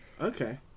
Okay